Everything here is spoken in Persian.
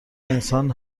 انسان